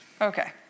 Okay